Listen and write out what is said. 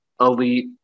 elite